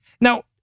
Now